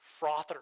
frother